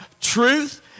truth